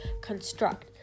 construct